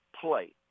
play